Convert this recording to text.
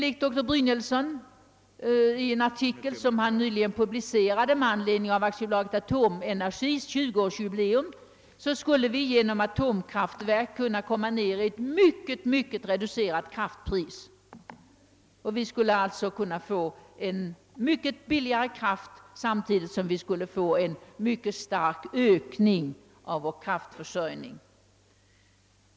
I en artikel som nyligen publicerats med anledning av AB Atomenergis 20 årsjubileum skriver direktör Brynielsson, att vi genom atomkraft skulle få ett mycket reducerat kraftpris. Vi skulle alltså kunna få mycket billigare kraft samtidigt som vi skulle få en mycket stark ökning av vår kraftförsörjning.